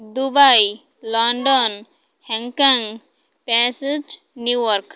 Dubai London Hong Kong Paris New York